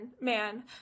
man